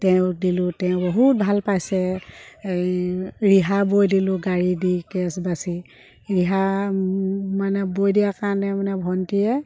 তেওঁক দিলোঁ তেওঁ বহুত ভাল পাইছে হেৰি ৰিহা বৈ দিলোঁ গাড়ী দি কেছ বাচি ৰিহা মানে বৈ দিয়াৰ কাৰণে মানে ভণ্টীয়ে